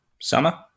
Summer